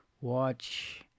watch